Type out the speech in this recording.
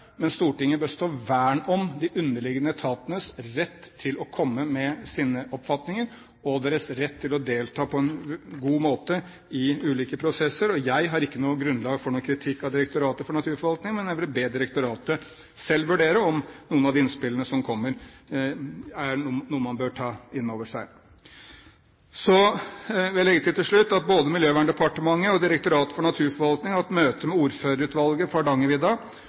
men Stortinget bør verne om de underliggende etatenes rett til å komme med sine oppfatninger og deres rett til å delta på en god måte i ulike prosesser. Jeg har ikke noe grunnlag for noen kritikk av Direktoratet for naturforvaltning, men jeg vil be direktoratet selv vurdere om noen av de innspillene som kommer, er noe man bør ta inn over seg. Så vil jeg til slutt legge til at både Miljøverndepartementet og Direktoratet for naturforvaltning har hatt møte med ordførerutvalget